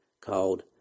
called